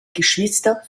geschwister